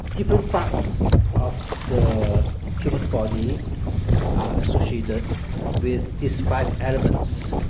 different parts of the human body are associated with these five elements.